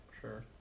Sure